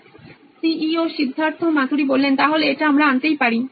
Siddharth Maturi C E O নোইন electronics তাহলে এটা আমরা আনতেই পারি